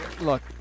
Look